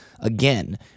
again